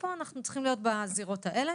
ופה אנחנו צריכים להיות בזירות האלה.